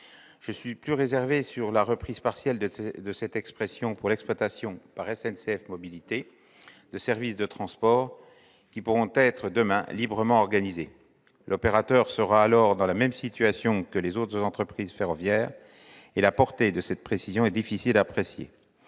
Je suis plus réservé sur la reprise partielle de cette expression pour l'exploitation, par SNCF Mobilités, de services de transport qui pourront être, demain, librement organisés. L'opérateur sera alors dans la même situation que les autres entreprises ferroviaires, et la portée de cette précision est difficile à apprécier.